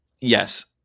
yes